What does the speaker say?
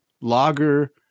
lager